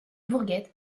bourget